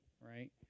right